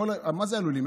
מה זה עלולים?